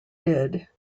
did